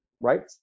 right